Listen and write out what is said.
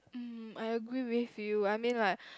um I agree with you I mean like